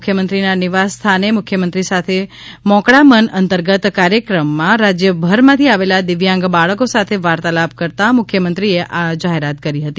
મુખ્યમંત્રીના નિવાસ સ્થાને મુખ્યમંત્રી સાથે મોકળા મન અંતર્ગત કાર્યક્રમમાં રાજ્યભરમાંથી આવેલા દિવ્યાંગ બાળકો સાથે વાર્તાલાપ કરતાં મુખ્યમંત્રીએ આ જાહેરાત કરી હતી